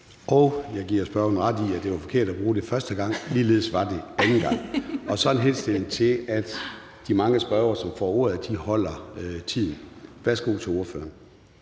Jeg giver spørgeren ret i, at det var forkert at bruge det første gang, og det var det ligeledes anden gang. Og så er der en henstilling til, at de mange spørgere, som får ordet, holder tiden. Værsgo til ordføreren.